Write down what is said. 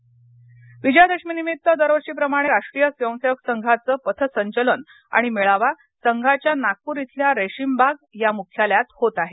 रेशीमबाग विजयादशमीनिमित्त दरवर्षीप्रमाणे राष्ट्रीय स्वयंसेवक संघाचं पथसंचलन आणि मेळावा संघाच्या नागपूर इथल्या रेशीमबाग या मुख्यालयात होत आहे